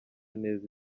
neza